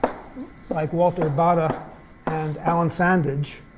like walter baade ah and allan sandage.